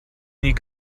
nie